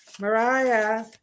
Mariah